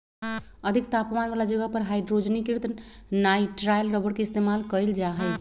अधिक तापमान वाला जगह पर हाइड्रोजनीकृत नाइट्राइल रबर के इस्तेमाल कइल जा हई